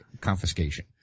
confiscation